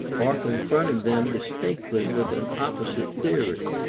or confronting them distinctly with an opposite theory.